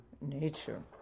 nature